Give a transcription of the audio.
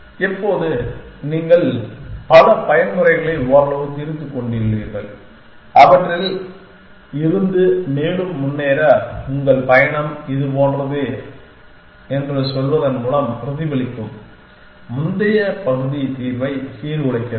எப்போது நீங்கள் பல பயன்முறைகளை ஓரளவு தீர்த்துக் கொண்டுள்ளீர்கள் அவற்றில் இருந்து மேலும் முன்னேற உங்கள் பயணம் இதுபோன்றது என்று சொல்வதன் மூலம் பிரதிபலிக்கும் முந்தைய பகுதி தீர்வை சீர்குலைக்க வேண்டும்